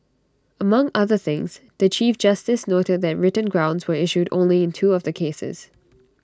among other things the chief justice noted that written grounds were issued only in two of the cases